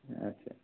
আচ্ছা